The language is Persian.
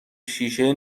شیشه